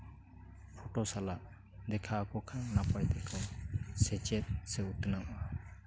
photo ᱥᱟᱞᱟᱜ ᱫᱮᱠᱷᱟᱣ ᱟᱠᱚ ᱠᱷᱟᱱ ᱱᱟᱯᱟᱭᱚᱜᱼᱟ ᱥᱮᱪᱮᱫ ᱥᱮ ᱩᱛᱱᱟᱹᱜᱼᱟ